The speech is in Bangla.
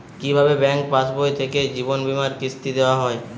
কি ভাবে ব্যাঙ্ক পাশবই থেকে জীবনবীমার কিস্তি দেওয়া হয়?